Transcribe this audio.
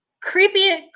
creepy